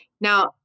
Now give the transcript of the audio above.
now